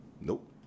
Nope